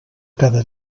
cada